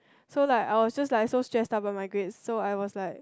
so like I was just like so stressed about my grade so I was like